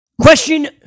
Question